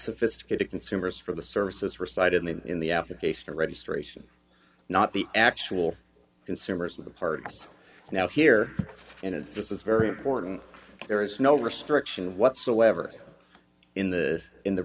sophisticated consumers for the services were cited in the application registration not the actual consumers of the parts now here and it's just it's very important there is no restriction whatsoever in the in the